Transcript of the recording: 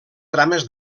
trames